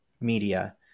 media